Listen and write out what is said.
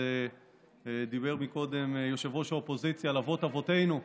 דיבר קודם ראש האופוזיציה על אבות אבותינו,